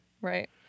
Right